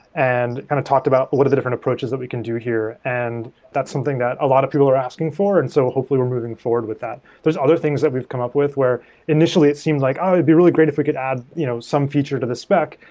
and kind of talked about what are the different approaches that we can do here, and that's something that a lot of people are asking for. and so hopefully, we're moving forward with that. there's other things that we've come up with where initially it seems like, oh, i'd be really great if we could add you know some feature to this spec.